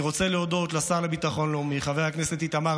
אני רוצה להודות לשר לביטחון לאומי חבר הכנסת איתמר